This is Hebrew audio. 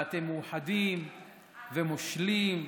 ואתם מאוחדים ומושלים,